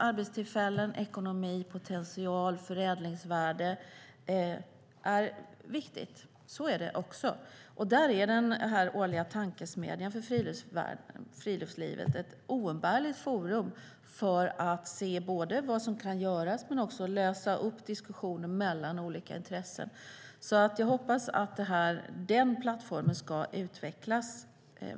Arbetstillfällen, ekonomi, potential och förädlingsvärde är viktiga saker, och den årliga tankesmedjan för friluftslivet är ett oumbärligt forum för att se vad som kan göras men också lösa upp diskussioner mellan olika intressen. Jag hoppas att den plattformen ska utvecklas.